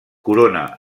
corona